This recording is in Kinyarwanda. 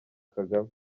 kagame